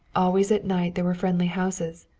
always at night there were friendly houses,